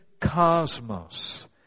cosmos